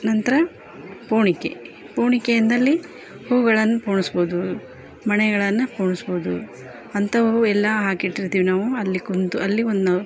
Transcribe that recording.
ನಂತರ ಪೋಣಿಕೆ ಪೋಣಿಕೆ ಅಂದಲ್ಲಿ ಹೂಗಳನ್ನು ಪೋಣಿಸ್ಬೋದು ಮಣೆಗಳನ್ನು ಪೋಣಿಸ್ಬೋದು ಅಂಥವು ಎಲ್ಲ ಹಾಕಿಟ್ಟಿರ್ತೀವಿ ನಾವು ಅಲ್ಲಿ ಕೂತು ಅಲ್ಲಿ ಒಂದು ನಾವು